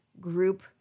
group